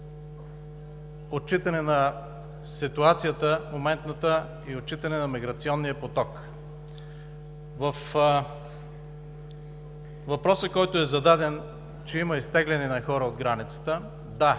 отчитане на моментната ситуацията и отчитане на миграционния поток. Във въпроса, който е зададен, че има изтегляне на хора от границата: да,